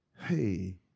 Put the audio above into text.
Hey